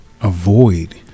avoid